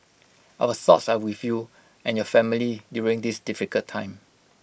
our thoughts are with you and your family during this difficult time